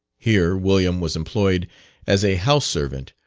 here william was employed as a house servant,